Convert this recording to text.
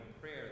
prayer